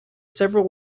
several